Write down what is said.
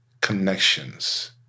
connections